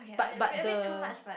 but but the